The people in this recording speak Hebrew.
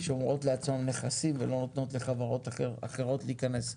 שומרות לעצמן נכסים ולא נותנות לחברות אחרות להיכנס.